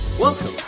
Welcome